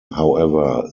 however